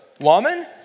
woman